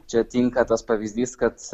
čia tinka tas pavyzdys kad